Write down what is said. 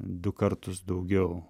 du kartus daugiau